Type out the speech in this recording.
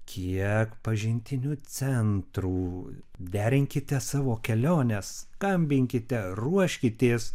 kiek pažintinių centrų derinkite savo keliones skambinkite ruoškitės